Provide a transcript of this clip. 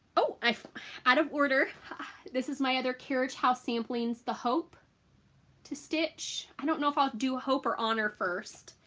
oh out of order this is my other carriage house samplings the hope to stitch. i don't know if i'll do hope or honor first.